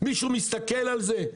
מישהו מסתכל על זה?